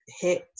hit